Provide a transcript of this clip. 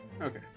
Okay